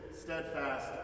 steadfast